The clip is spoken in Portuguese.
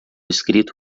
escrito